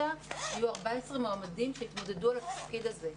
היו 14 מועמדים שהתמודדו על התפקיד הזה.